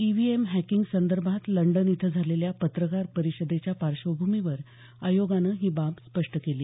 EVM hacking संदर्भात London इथं झालेल्या पत्रकार परिषदेच्या पार्श्वभूमीवर आयोगानं ही बाब स्पष्ट केली